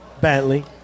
Bentley